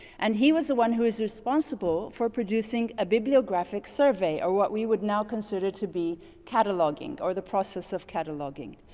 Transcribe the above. and he was the one who was responsible for producing a bibliographic survey or what we would now consider to be cataloging or the process of cataloging.